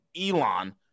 Elon